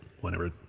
whenever